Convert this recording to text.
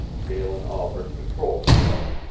galen albret controlled himself,